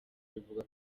rivuga